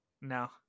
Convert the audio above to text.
no